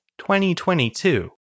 2022